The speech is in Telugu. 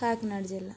కాకినాడ జిల్లా